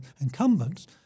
incumbents